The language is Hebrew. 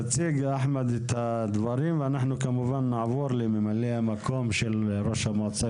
תציג אחמד את הדברים ואנחנו כמובן נעבור לממלא המקום של ראש המועצה,